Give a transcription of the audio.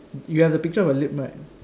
you have the picture of a lip right